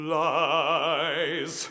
lies